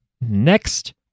next